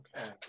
okay